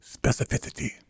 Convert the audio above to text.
Specificity